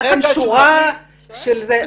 אני שואלת.